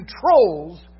controls